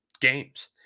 games